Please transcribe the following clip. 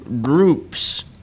groups